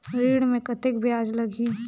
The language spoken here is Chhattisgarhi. ऋण मे कतेक ब्याज लगही?